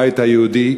הבית היהודי,